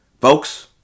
Folks